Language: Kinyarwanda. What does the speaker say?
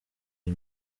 iyi